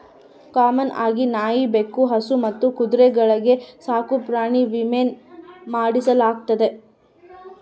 common ಆಗಿ ನಾಯಿ, ಬೆಕ್ಕು, ಹಸು ಮತ್ತು ಕುದುರೆಗಳ್ಗೆ ಸಾಕುಪ್ರಾಣಿ ವಿಮೇನ ಮಾಡಿಸಲಾಗ್ತತೆ